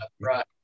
right